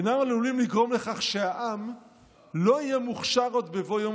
אינם עלולים לגרום לכך שהעם לא יהיה מוכשר עוד בבוא יום